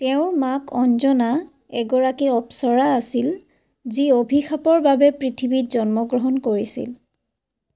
তেওঁৰ মাক অঞ্জনা এগৰাকী অপ্সৰা আছিল যি অভিশাপৰ বাবে পৃথিৱীত জন্ম গ্ৰহণ কৰিছিল